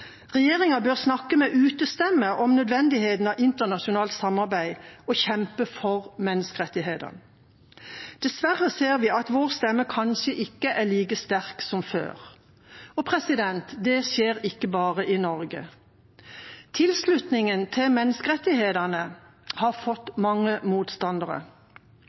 Regjeringa bør snakke med utestemme om nødvendigheten av internasjonalt samarbeid og kjempe for menneskerettighetene. Dessverre ser vi at vår stemme kanskje ikke er like sterk som før. Det skjer ikke bare i Norge. Tilslutningen til menneskerettighetene har fått mange motstandere.